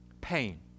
Pain